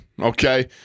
Okay